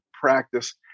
practice